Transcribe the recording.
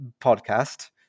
podcast